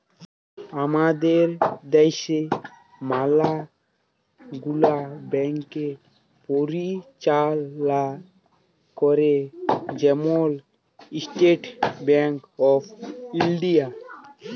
আমাদের দ্যাশে ম্যালা গুলা ব্যাংক পরিচাললা ক্যরে, যেমল ইস্টেট ব্যাংক অফ ইলডিয়া